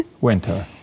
Winter